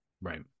right